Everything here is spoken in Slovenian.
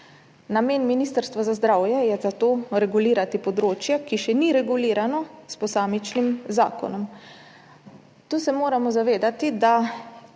Namen Ministrstva za zdravje je zato regulirati področje, ki še ni regulirano s posamičnim zakonom. Tu se moramo zavedati, da